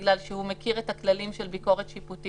בגלל שהוא מכיר את הכללים של ביקורת שיפוטית.